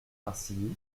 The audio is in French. marcilly